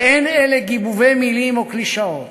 ואין אלה גיבובי מילים או קלישאות.